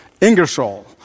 Ingersoll